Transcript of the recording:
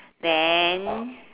then